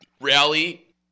rally